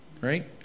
right